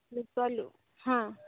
କହିଲୁ ହଁ